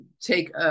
take